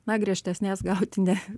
na griežtesnės gauti ne